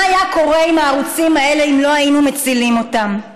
מה היה קורה עם הערוצים האלה אם לא היינו מצילים אותם?